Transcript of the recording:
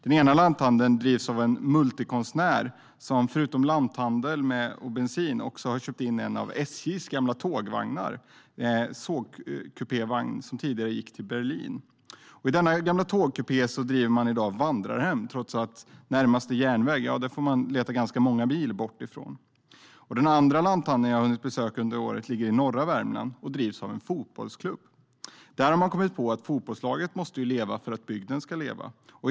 Den ena drivs av en multikonstnär som förutom lanthandel och bensin också har köpt in en av SJ:s gamla tågvagnar, en sovvagn som tidigare gick till Berlin. I dessa gamla kupéer drivs i dag ett vandrarhem trots att man får leta ganska många mil bort efter närmaste järnväg. Den andra lanthandeln jag hunnit besöka under året ligger i norra Värmland och drivs av en fotbollsklubb. Där har man kommit på att för att fotbollslaget ska leva måste bygden leva.